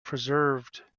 preserved